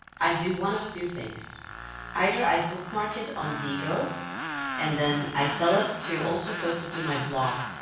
i do one of two things either i bookmark it on diigo and then i tell it to also post it to my blog,